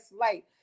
light